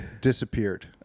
disappeared